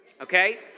Okay